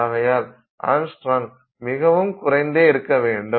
ஆகையால் ஆங்ஸ்ட்ராம் மிகவும் குறைந்தே இருக்கவேண்டும்